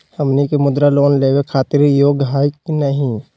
हमनी के मुद्रा लोन लेवे खातीर योग्य हई की नही?